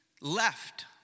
left